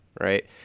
right